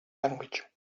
language